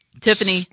Tiffany